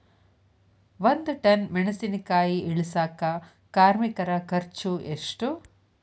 ಒಂದ್ ಟನ್ ಮೆಣಿಸಿನಕಾಯಿ ಇಳಸಾಕ್ ಕಾರ್ಮಿಕರ ಖರ್ಚು ಎಷ್ಟು?